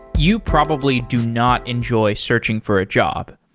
you probably do not enjoy searching for a job.